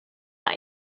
that